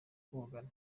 kogana